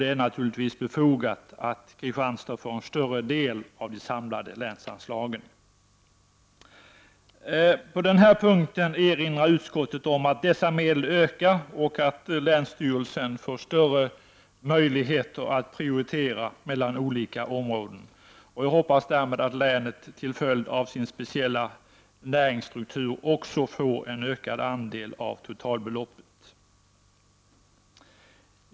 Det är naturligtvis befogat att Kristianstad får en större del av de samlade länsanslagen. Utskottet erinrar om att dessa medel ökar och att länsstyrelsen får större möjligheter att prioritera mellan olika områden. Jag hoppas därmed att länet till följd av sin speciella näringsstruktur får en ökad andel av totalbeloppet.